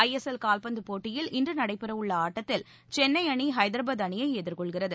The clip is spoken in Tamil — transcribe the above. ஐஎஸ்எல் கால்பந்துப் போட்டியில் இன்று நடைபெறவுள்ள ஆட்டத்தில் சென்ளை அணி ஹைதராபாத் அணியை எதிர்கொள்கிறது